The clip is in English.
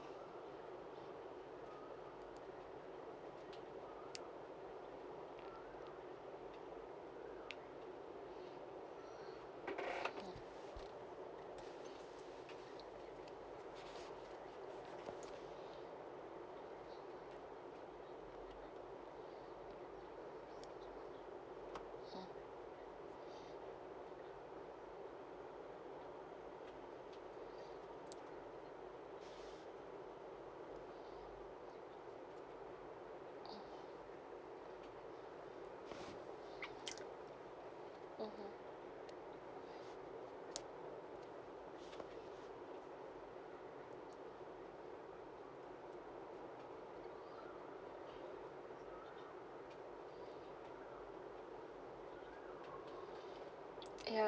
(uh huh) ya